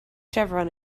chevron